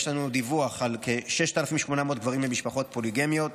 יש לנו דיווח על כ-6,800 גברים במשפחות פוליגמיות,